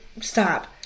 stop